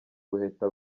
ubuheta